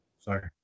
sorry